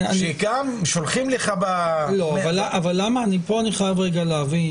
כאן אני חייב להבין.